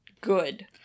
good